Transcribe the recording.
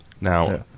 Now